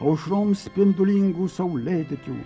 aušrom spindulingų saulėtekių